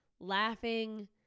laughing